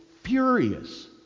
Furious